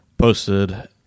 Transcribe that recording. Posted